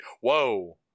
Whoa